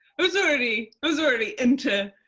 was already was already into,